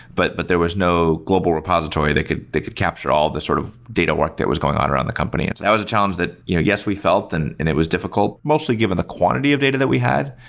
but but there was no global repository that could that could capture all the sort of data work that was going on around the company. and that was a challenge that you know yes we felt and and it was difficult mostly given the quantity of data that we had,